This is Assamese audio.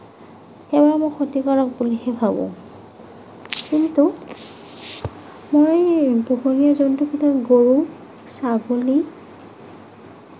সেইবোৰে মোক ক্ষতি কৰক বুলিহে ভাবোঁ কিন্তু মই পোহনীয়া জন্তুৰ ভিতৰত গৰু ছাগলী